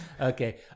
Okay